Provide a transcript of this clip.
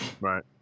Right